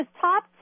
top